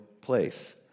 place